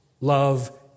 love